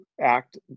act